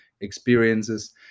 experiences